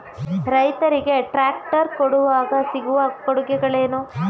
ರೈತರಿಗೆ ಟ್ರಾಕ್ಟರ್ ಕೊಂಡಾಗ ಸಿಗುವ ಕೊಡುಗೆಗಳೇನು?